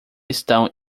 estão